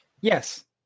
Yes